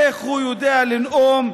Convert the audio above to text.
איך הוא יודע לנאום,